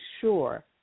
sure